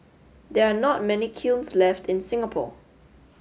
there are not many kilns left in Singapore